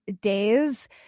days